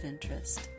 interest